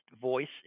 voice